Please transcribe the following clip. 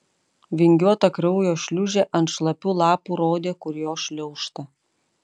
vingiuota kraujo šliūžė ant šlapių lapų rodė kur jo šliaužta